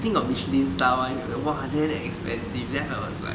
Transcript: I think got michelin star one you know !wah! damn expensive then I was like